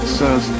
says